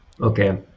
Okay